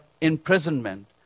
imprisonment